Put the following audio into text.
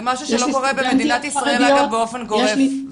זה משהו שלא קורה, אגב באופן גורף.